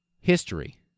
history